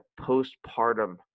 postpartum